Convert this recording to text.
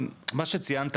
מה שציינת,